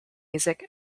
music